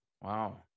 Wow